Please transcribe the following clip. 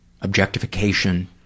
objectification